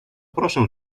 proszę